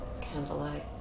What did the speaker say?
candlelight